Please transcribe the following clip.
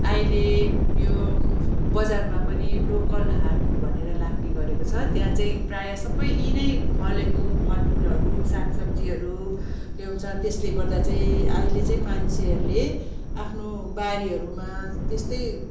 अहिले यो बजारमा पनि लोकल हाट भनेर लाग्ने गरेको छ त्यहाँ चाहिँ प्रायः सबै यहीँ नै फलेको फलफुलहरू सागसब्जीहरू ल्याउँछ त्यसले गर्दा चाहिँ अहिले चाहिँ मान्छेहरूले आफ्नो बारीहरूमा त्यस्तै